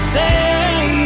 say